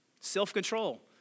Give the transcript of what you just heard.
Self-control